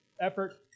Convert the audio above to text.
effort